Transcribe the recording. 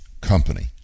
Company